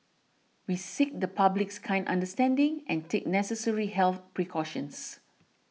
we seek the public's kind understanding and take necessary health precautions